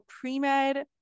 pre-med